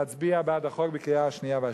להצביע בעד החוק בקריאה השנייה והשלישית,